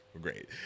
great